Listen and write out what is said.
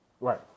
Right